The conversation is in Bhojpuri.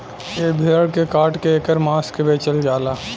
ए भेड़ के काट के ऐकर मांस के बेचल जाला